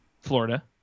Florida